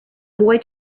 boy